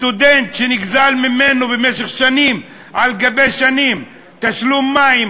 סטודנט שנגזל ממנו במשך שנים על שנים תשלום מים,